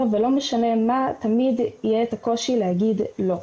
ולא משנה מה תמיד יהיה את הקושי להגיד לא.